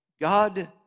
God